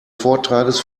vortrages